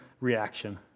reaction